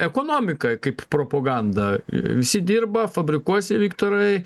ekonomika kaip propaganda visi dirba fabrikuose viktorai